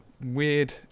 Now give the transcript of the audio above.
weird